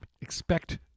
expect